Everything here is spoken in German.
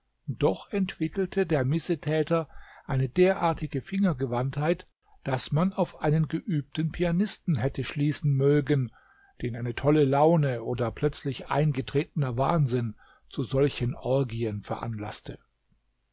doch entwickelte der missetäter eine derartige fingergewandtheit daß man auf einen geübten pianisten hätte schließen mögen den eine tolle laune oder plötzlich eingetretener wahnsinn zu solchen orgien veranlaßte